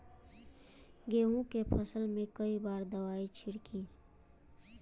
गेहूँ के फसल मे कई बार दवाई छिड़की?